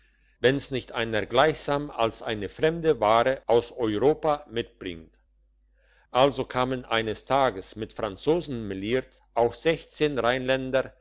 wenn's nicht einer gleichsam als eine fremde ware aus europa mitbringt also kamen eines tages mit franzosen meliert auch sechzehn